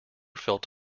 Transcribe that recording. felt